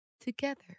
together